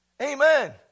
Amen